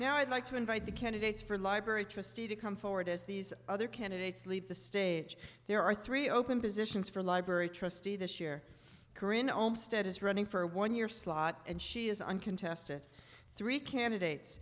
you i'd like to invite the candidates for library tricity to come forward as these other candidates leave the stage there are three open positions for library trustee this year corrina own state is running for a one year slot and she is uncontested three candidates